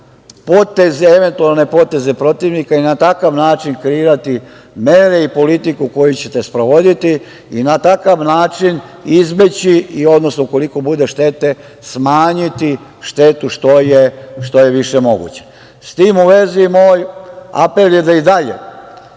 poteze, eventualne poteze protivnika i na takav način kreirati mere i politiku koju ćete sprovoditi i na takav način izbeći, odnosno ukoliko bude štete smanjiti štetu što je više moguće.S tim u vezi, moj apel je da i dalje